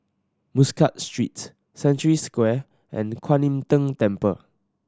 Muscat Street Century Square and Kuan Im Tng Temple